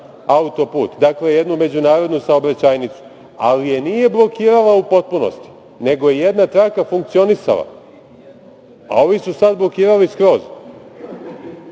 autoput, dakle jednu međunarodnu saobraćajnicu, ali je nije blokirala u potpunosti, nego je jedna traka funkcionisala, a ovi su sada blokirali skroz.